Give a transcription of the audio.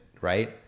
right